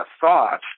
thought